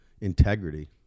integrity